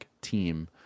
team